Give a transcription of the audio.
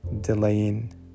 delaying